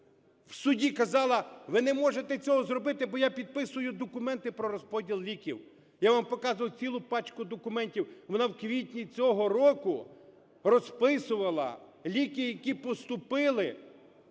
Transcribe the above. в суді казала: "Ви не можете цього зробити, бо я підписую документи про розподіл ліків". Я вам показував цілу пачку документів. Вона в квітні цього року розписувала ліки, які поступили,